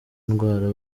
ndwara